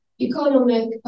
economic